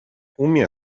umie